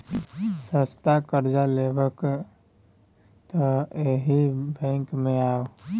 सस्ता करजा लेबाक यै तए एहि बैंक मे आउ